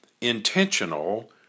Intentional